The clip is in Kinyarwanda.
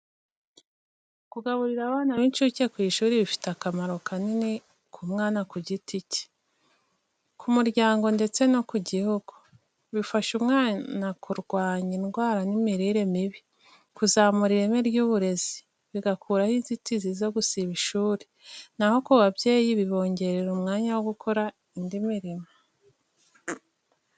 Kugaburira abana b’incuke ku ishuri bifite akamaro kanini ku mwana ku giti cye, ku muryango ndetse no ku gihugu. Bifasha umwana kurwanya indwara n’imirire mibi, kuzamura ireme ry’uburezi, bigakuraho inzitizi zo gusiba ishuri. Na ho ku babyeyi bibongerera umwanya wo gukora indi mirimo.